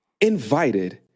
invited